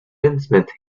investment